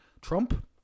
Trump